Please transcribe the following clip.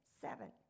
Seven